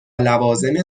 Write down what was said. لوازم